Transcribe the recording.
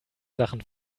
sachen